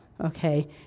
okay